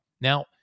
now